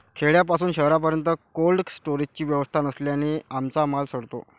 खेड्यापासून शहरापर्यंत कोल्ड स्टोरेजची व्यवस्था नसल्याने आमचा माल सडतो